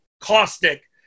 caustic